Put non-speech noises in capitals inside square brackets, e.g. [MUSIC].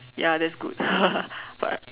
ya that's good [LAUGHS] but